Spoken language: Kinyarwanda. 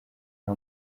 nta